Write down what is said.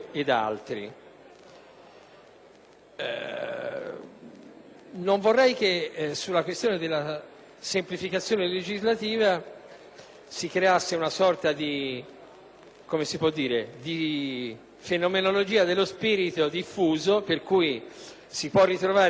Non vorrei che sulla questione della semplificazione legislativa si creasse una sorta di fenomenologia dello spirito diffuso, per cui si possono ritrovare elementi di semplificazione sparsi ovunque,